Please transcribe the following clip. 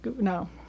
no